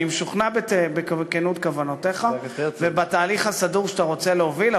אני משוכנע בכנות כוונותיך ובתהליך הסדור שאתה רוצה להוביל,